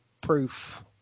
proof